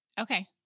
Okay